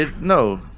No